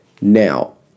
Now